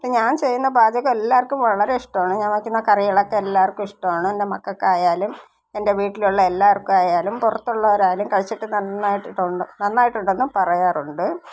ഇപ്പം ഞാൻ ചെയ്യുന്ന പാചകം എല്ലാവർക്കും വളരെ ഇഷ്ടമാണ് ഞാൻ വയ്ക്കുന്ന കറികളൊക്കെ എല്ലാവർക്കു ഇഷ്ടമാണ് എൻ്റെ മക്കൾക്കയാലും എൻ്റെ വീട്ടിലുള്ള എല്ലാവർക്കു ആയാലും പുറത്തുള്ളവരായാലും കഴിച്ചിട്ട് നന്നായിട്ടതൊണ്ട് നന്നായിട്ടൊണ്ടെന്ന് പറയാറുണ്ട്